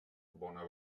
bona